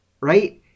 right